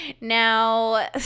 Now